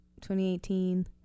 2018